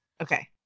Okay